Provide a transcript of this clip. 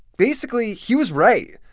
basically, he was right.